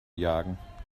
jagen